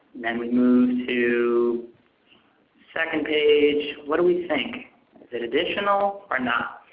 then we move to second page, what do we think? is it additional or not?